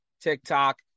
TikTok